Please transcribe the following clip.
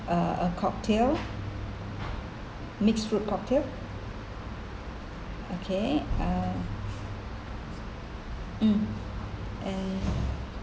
uh a cocktail mix fruit cocktail okay uh hmm and